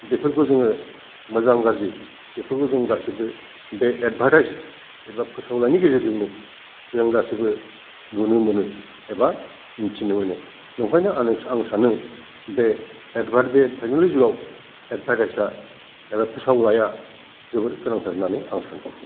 बेफोरखौ जोङो मोजां गाज्रि बेफोरखौ जों गासैबो बे एदभार्तायस एबा फोसावनायनि गेजेरजोंनो जों गासैबो नुनो मोनो एबा मिन्थिनो मोनो नंखायनो आंनो आं सानो बे बे थेकन'लजि जुगाव एदभार्तायसा एबा फोसावलाया जोबोर गोनांथार होन्नानै आं सानो